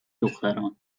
دختران